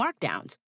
markdowns